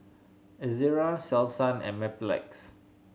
Ezerra Selsun and Mepilex